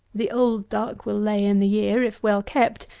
the old duck will lay, in the year, if well kept,